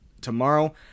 tomorrow